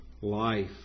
life